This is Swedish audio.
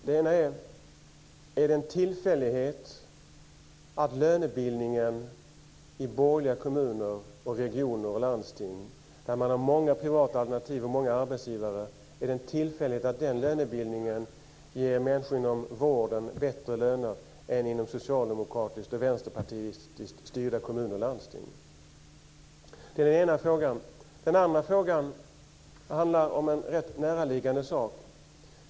Den ena är: Är det en tillfällighet att lönebildningen i borgerliga kommuner, regioner och landsting där man har många privata alternativ och många arbetsgivare ger människor inom vården bättre löner än inom socialdemokratiskt och vänsterpartistiskt styrda kommuner och landsting? Den andra frågan handlar om en rätt näraliggande sak.